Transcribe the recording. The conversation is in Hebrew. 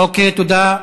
אוקיי, תודה.